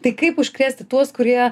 tai kaip užkrėsti tuos kurie